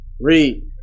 Read